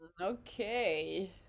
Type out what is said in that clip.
okay